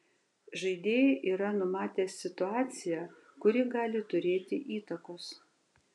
žaidėjai yra numatę situaciją kuri gali turėti įtakos